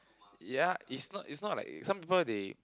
ya is not is not like some people they